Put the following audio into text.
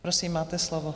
Prosím, máte slovo.